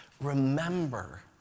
Remember